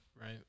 right